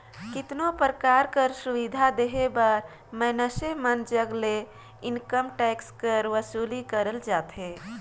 केतनो परकार कर सुबिधा देहे बर मइनसे मन जग ले इनकम टेक्स कर बसूली करल जाथे